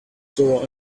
door